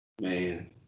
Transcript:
Man